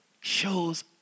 shows